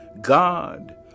God